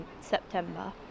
September